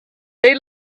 they